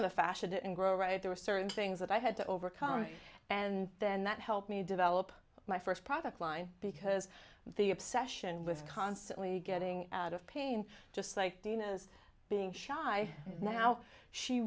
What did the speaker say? in the fashion and grow right there are certain things that i had to overcome and then that helped me develop my first product line because the obsession with constantly getting out of pain just like venus being shy now she